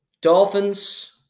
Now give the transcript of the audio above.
Dolphins